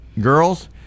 girls